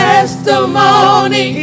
Testimony